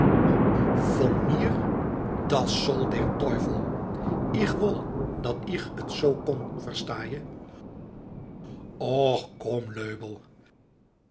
von mir das soll der teufel ich wol dat ich t zoo kon versta je och kom löbell